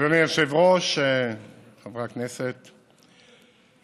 אדוני היושב-ראש, חברי הכנסת,